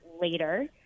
later